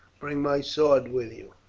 bring my sword with you.